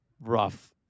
rough